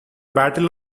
battle